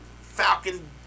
falcon